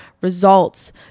results